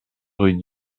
rue